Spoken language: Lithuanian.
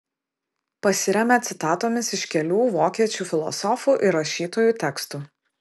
pasiremia citatomis iš kelių vokiečių filosofų ir rašytojų tekstų